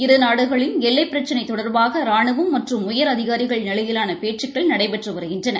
இரு நாடுகளின் எல்லை பிரச்சினை தொடர்பாக ராணுவம் மற்றும் உயரதிகாரிகள் நிலையிலாள பேச்சுக்கள் நடைபெற்று வருகின்றன